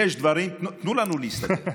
תנו לנו להסתדר,